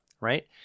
right